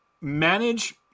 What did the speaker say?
manage